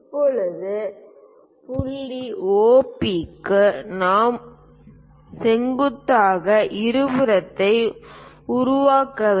இப்போது புள்ளி OP க்கு நாம் ஒரு செங்குத்தாக இருபுறத்தை உருவாக்க வேண்டும்